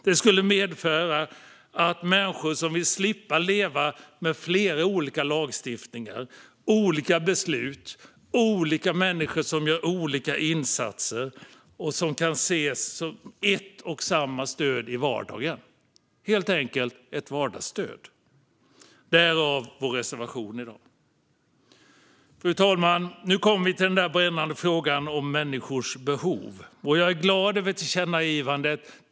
Det skulle medföra att människor slipper leva med flera olika lagstiftningar, olika beslut och olika människor som gör olika insatser. Det kan ses som ett och samma stöd i vardagen, helt enkelt ett vardagsstöd - därav vår reservation i dag. Fru talman! Nu kommer vi till den brännande frågan om människors behov. Jag är glad över tillkännagivandet.